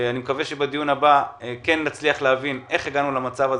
אני מקווה שבדיון הבא נצליח להבין איך הגענו למצב הזה,